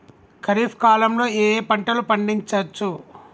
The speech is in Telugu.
ఖరీఫ్ కాలంలో ఏ ఏ పంటలు పండించచ్చు?